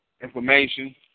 information